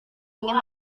ingin